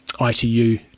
ITU